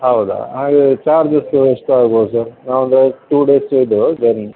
ಹೌದಾ ಚಾರ್ಜಸ್ ಎಷ್ಟು ಆಗ್ಬೋದು ಸರ್ ನಾವೊಂದು ಟು ಡೇಸ್ ಇದು ಜರ್ನಿ